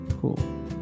cool